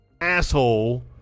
Asshole